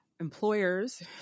employers